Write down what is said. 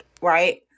Right